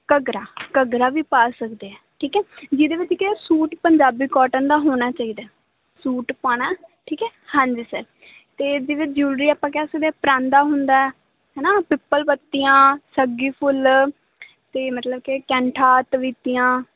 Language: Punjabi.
ਘੱਗਰਾ ਘੱਗਰਾ ਵੀ ਪਾ ਸਕਦੇ ਹੈ ਠੀਕ ਹੈ ਜਿਹਦੇ ਵਿੱਚ ਕਿ ਸੂਟ ਪੰਜਾਬੀ ਕੋਟਨ ਦਾ ਹੋਣਾ ਚਾਹੀਦਾ ਸੂਟ ਪਾਉਣਾ ਠੀਕ ਹੈ ਹਾਂਜੀ ਸਰ ਅਤੇ ਜਿਵੇਂ ਜ਼ਰੂਰੀ ਆਪਾਂ ਕਹਿ ਸਕਦੇ ਹਾਂ ਪਰਾਂਦਾ ਹੁੰਦਾ ਹੈ ਨਾ ਪਿੱਪਲ ਪੱਤੀਆਂ ਸੱਗੀ ਫੁੱਲ ਅਤੇ ਮਤਲਬ ਕਿ ਕੈਂਠਾ ਤਵੀਤੀਆਂ